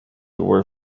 were